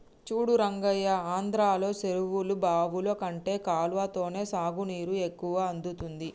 చూడు రంగయ్య ఆంధ్రలో చెరువులు బావులు కంటే కాలవలతోనే సాగునీరు ఎక్కువ అందుతుంది